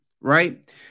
right